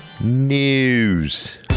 News